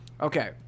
Okay